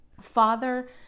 Father